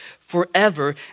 forever